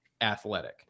athletic